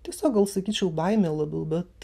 tiesiog gal sakyčiau baimė labiau bet